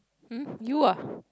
um you ah